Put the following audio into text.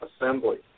assembly